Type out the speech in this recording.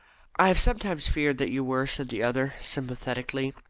i have sometimes feared that you were, said the other sympathetically.